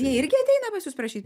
jie irgi ateina pas jus prašy